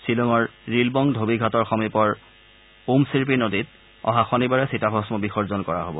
শ্বিলঙৰ ৰিলবং ধোবী ঘাটৰ সমীপৰ উময়িৰপি নদীত অহা শনিবাৰে চিতাভস্ন বিসৰ্জন কৰা হব